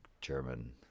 German